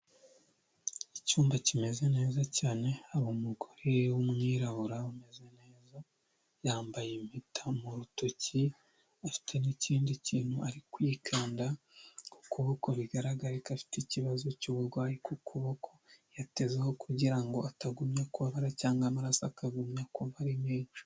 Icyumba kimeze neza cyane hari umugore w'umwirabura umeze neza, yambaye impeta mu rutoki afite n'ikindi kintu ari kwikanda ku kuboko, bigaragare ko afite ikibazo cy'ubugwayi ku kuboko yatezeho kugira ngo atagumya kubabara cyangwa amaraso akagumya kuva ari menshi.